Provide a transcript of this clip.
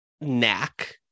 knack